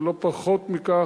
ולא פחות מכך,